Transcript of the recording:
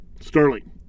Sterling